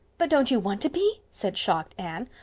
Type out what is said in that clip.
but don't you want to be? said shocked anne.